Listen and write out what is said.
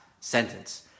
sentence